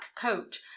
coat